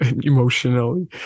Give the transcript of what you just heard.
emotionally